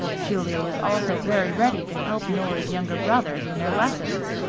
julia was also very ready to help nora's younger brothers in their lessons,